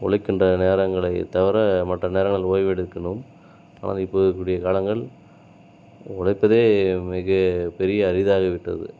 உழைக்கின்ற நேரங்களை தவிர மற்ற நேரங்களில் ஓய்வெடுக்கணும் ஆனால் இப்போது இருக்கக்கூடிய காலங்களில் உழைப்பதே மிக பெரிய அரிதாகிவிட்டது